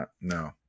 no